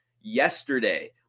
Yesterday